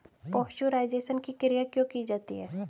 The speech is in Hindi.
पाश्चुराइजेशन की क्रिया क्यों की जाती है?